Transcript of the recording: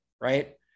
right